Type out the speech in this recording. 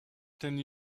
ten